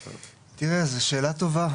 תראה, זו שאלה טובה.